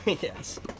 yes